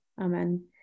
amen